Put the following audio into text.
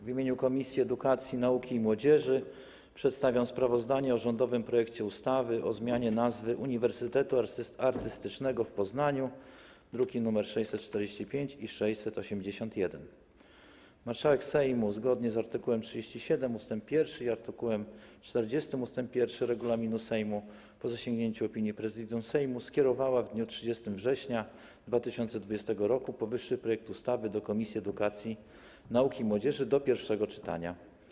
W imieniu Komisji Edukacji, Nauki i Młodzieży przedstawiam sprawozdanie o rządowym projekcie ustawy o zmianie nazwy Uniwersytetu Artystycznego w Poznaniu, druki nr 645 i 681. Marszałek Sejmu, zgodnie z art. 37 ust. 1 i art. 40 ust. 1 regulaminu Sejmu, po zasięgnięciu opinii Prezydium Sejmu, skierowała w dniu 30 września 2020 r. powyższy projekt ustawy do Komisji Edukacji, Nauki i Młodzieży do pierwszego czytania.